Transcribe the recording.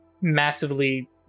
massively